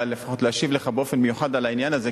אבל לפחות להשיב לך באופן מיוחד על העניין הזה,